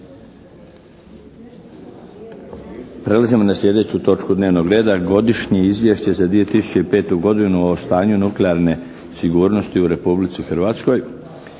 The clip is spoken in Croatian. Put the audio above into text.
Prelazimo na sljedeću točku dnevnog reda. - Godišnje izvješće za 2005. godinu o stanju nuklearne sigurnosti u Republici Hrvatskoj